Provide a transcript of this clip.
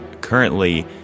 currently